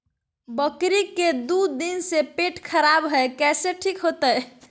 बकरी के दू दिन से पेट खराब है, कैसे ठीक होतैय?